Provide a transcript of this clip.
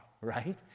right